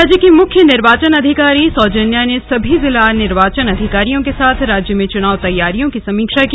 राज्य की मुख्य निर्वाचन अधिकारी सौजन्या ने सभी जिला निर्वाचन अधिकारियों के साथ राज्य में चुनाव तैयारियों की समीक्षा की